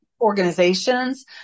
organizations